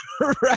Right